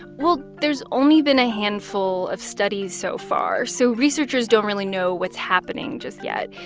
well, there's only been a handful of studies so far, so researchers don't really know what's happening just yet.